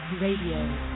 Radio